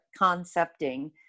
concepting